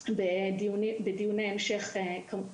להמשיך בדיוני המשך.